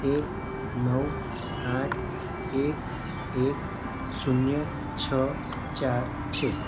એક નવ આઠ એક એક શૂન્ય છ ચાર છે